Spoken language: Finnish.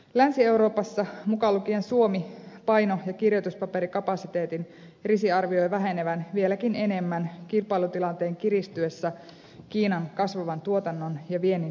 länsi euroopassa mukaan lukien suomi paino ja kirjoituspaperikapasiteetin risi arvioi vähenevän vieläkin enemmän kilpailutilanteen kiristyessä kiinan kasvavan tuotannon ja viennin seurauksena